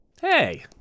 Hey